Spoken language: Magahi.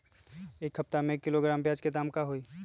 एक सप्ताह में एक किलोग्राम प्याज के दाम का होई?